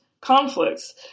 conflicts